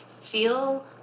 feel